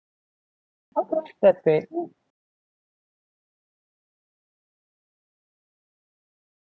that's great